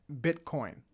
Bitcoin